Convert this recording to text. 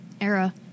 era